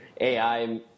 AI